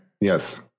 Yes